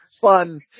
fun